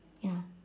ya